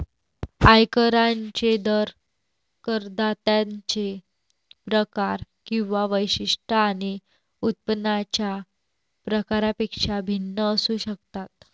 आयकरांचे दर करदात्यांचे प्रकार किंवा वैशिष्ट्ये आणि उत्पन्नाच्या प्रकारापेक्षा भिन्न असू शकतात